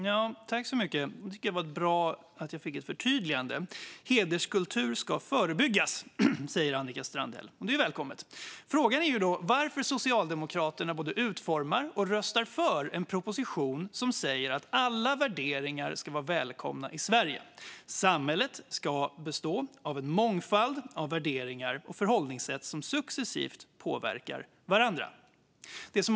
Fru talman! Det var bra att jag fick ett förtydligande. Hederskultur ska förebyggas, säger Annika Strandhäll, och det är välkommet. Frågan är då varför Socialdemokraterna både utformar och röstar för en proposition som säger att alla värderingar ska vara välkomna i Sverige och att samhället ska bestå av en mångfald av värderingar och förhållningssätt som successivt påverkar varandra.